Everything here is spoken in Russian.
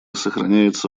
сохраняется